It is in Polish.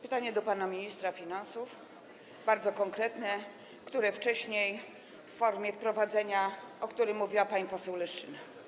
Pytanie do pana ministra finansów, bardzo konkretne, które wcześniej pojawiło się w formie wprowadzenia, o którym mówiła pani poseł Leszczyna.